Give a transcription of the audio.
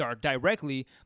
directly